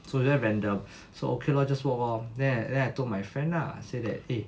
so that when the so okay lor just walk lor then I then I told my friend lah say that eh